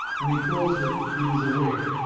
when he closed it he was a whig,